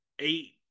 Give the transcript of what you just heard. eight